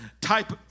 type